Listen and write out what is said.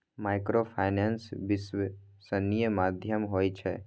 Microfinance विश्वासनीय माध्यम होय छै?